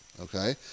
okay